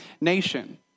nation